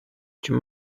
чим